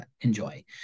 enjoy